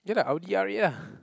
ya lah Audi R-eight ah